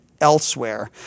elsewhere